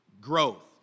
growth